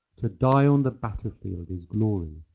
to die on the battlefield is glory.